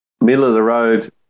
middle-of-the-road